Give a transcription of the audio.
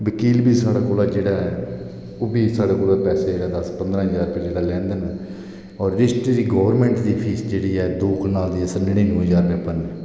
वकील बी साढ़े कोला जेह्ड़ा ऐ ते ओह्बी साढ़े कोला दस्स बीह ज्हार रपेआ जेह्ड़ा लैंदे न दौ रजिस्टरी गौरमेंट दी फीस जेह्ड़ी ऐ ओह् दौ कनाल दी नड़ीनवे ज्हार रपेआ बनदी ऐ